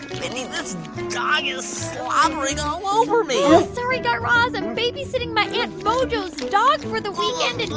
mindy, this dog is slobbering all over me sorry, guy raz. i'm babysitting my aunt mojo's dog for the weekend, and.